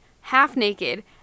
half-naked